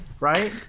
Right